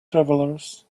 travelers